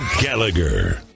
Gallagher